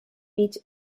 each